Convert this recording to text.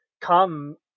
come